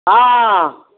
हँ